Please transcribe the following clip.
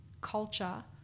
culture